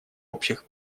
общих